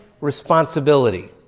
responsibility